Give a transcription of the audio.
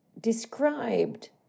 described